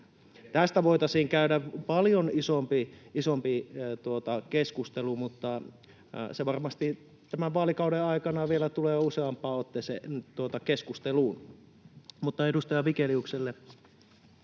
Tästä voitaisiin käydä paljon isompi keskustelu, mutta se varmasti tämän vaalikauden aikana vielä tulee useampaan otteeseen keskusteluun. Edustaja Vigeliukselle: